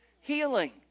Healing